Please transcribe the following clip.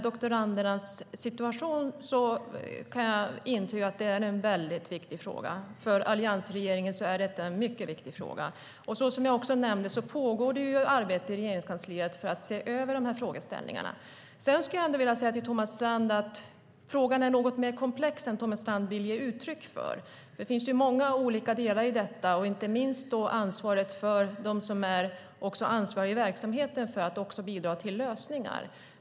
Doktorandernas situation är en väldigt viktig fråga för alliansregeringen. Som jag nämnde pågår det ett arbete i Regeringskansliet för att se över dessa frågeställningar. Frågan är något mer komplex än vad Thomas Strand vill ge uttryck för. Det finns många delar i detta. Det gäller inte minst dem som är ansvariga i verksamheten för att bidra till lösningar.